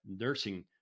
nursing